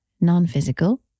non-physical